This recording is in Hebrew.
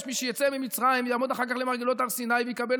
יש מי שיצא ממצרים ויעמוד אחר כך למרגלות הר סיני ויקבל